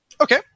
Okay